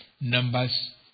Numbers